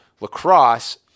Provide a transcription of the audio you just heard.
lacrosse